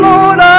Lord